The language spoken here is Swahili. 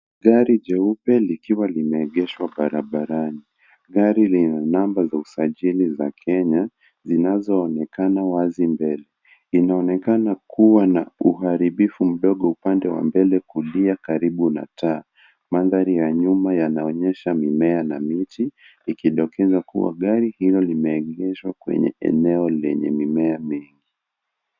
Gari jeupe likiwa limeegeshwa barabarani. Gari lina namba za usajili za Kenya zinazoonekana wazi mbele. Inaonekana kuwa na uharibifu ndogo upande wa mbele kulia karibu na taa. Mandhari ya nyuma yanaonyesha mimea na miti ikidokeza kuwa gari hilo limeegeshwa kwenye eneo lenye mimea nyingi.